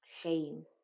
shame